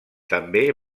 també